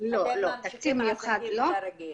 אנחנו עושים כרגע התאמות במגוון רחב של דברים.